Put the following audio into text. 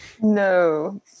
No